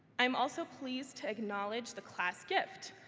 i am also pleased to acknowledge the class gift,